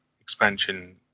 expansion